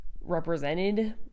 represented